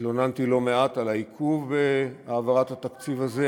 התלוננתי לא מעט על העיכוב בהעברת התקציב הזה,